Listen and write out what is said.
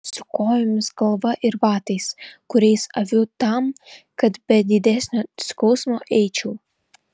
su kojomis galva ir batais kuriais aviu tam kad be didesnio skausmo eičiau